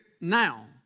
now